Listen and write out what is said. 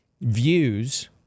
views